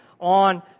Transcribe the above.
on